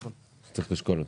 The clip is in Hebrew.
צריך לשקול אותה.